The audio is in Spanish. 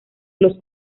los